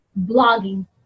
blogging